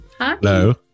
Hello